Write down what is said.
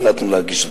החלטנו להגיש אותו.